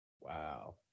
Wow